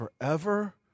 forever